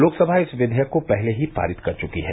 लोकसभा इस विघेयक को पहले ही पारित कर चुकी है